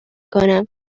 کنم